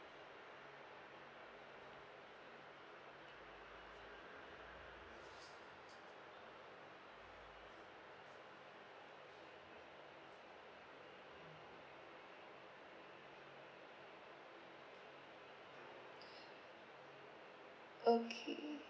okay